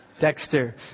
Dexter